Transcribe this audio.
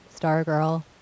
Stargirl